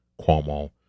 Cuomo